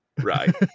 Right